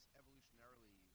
evolutionarily